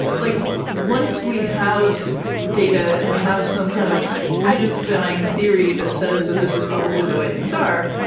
like once we have data, and we have some kind of unifying theory that says that this is probably the way things are,